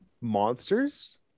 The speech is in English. monsters